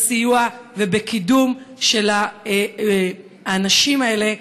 בסיוע ובקידום של האנשים האלה,